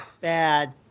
Bad